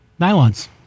nylons